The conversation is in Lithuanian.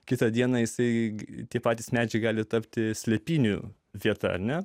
kitą dieną įsigyti patys medžiai gali tapti slėpynių vieta ar ne